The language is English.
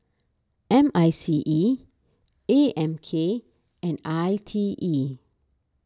M I C E A M K and I T E